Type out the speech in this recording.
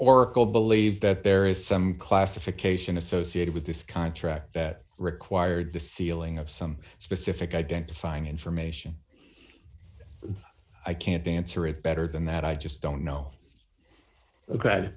will believe that there is some classification associated with this contract that required the ceiling of some specific identifying information i can't answer it better than that i just don't know